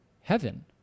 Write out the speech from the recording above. heaven